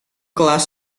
kelas